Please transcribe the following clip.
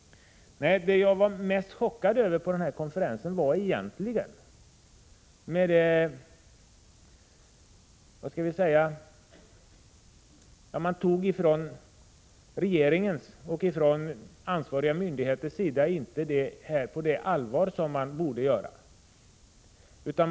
Nej, det jag var mest chockad över på den här konferensen var egentligen att man från regeringens och ansvariga myndigheters sida inte tar detta problem med det allvar som man borde göra.